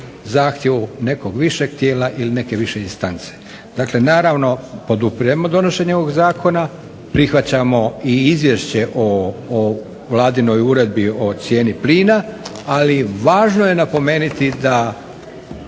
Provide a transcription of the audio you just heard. zahtjevu nekog višeg tijela ili neke više instance. Dakle, naravno podupiremo donošenje ovog zakona, prihvaćamo i izvješće o vladinoj uredbi o cijeni plina, ali važno je napomenuti da